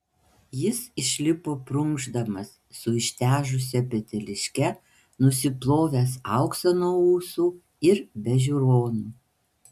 jis išlipo prunkšdamas su ištežusia peteliške nusiplovęs auksą nuo ūsų ir be žiūronų